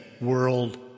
world